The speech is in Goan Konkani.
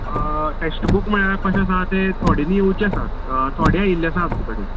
टॅस्टबूक म्हळ्या कशें आसा ते थोडे न्ही येवचे आसात थोडे येल्ले आसा आमचे कडेन